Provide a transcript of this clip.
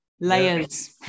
layers